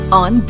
on